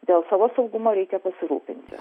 dėl savo saugumo reikia pasirūpinti